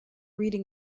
reading